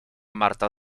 marta